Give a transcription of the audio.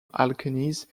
alkenes